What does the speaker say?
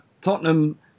Tottenham